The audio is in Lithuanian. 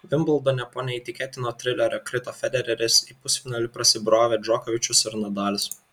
vimbldone po neįtikėtino trilerio krito federeris į pusfinalį prasibrovė džokovičius ir nadalis